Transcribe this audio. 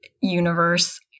universe